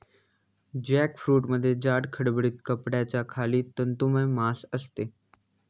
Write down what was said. जॅकफ्रूटमध्ये जाड, खडबडीत कड्याच्या खाली तंतुमय मांस असते